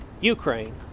Ukraine